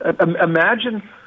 imagine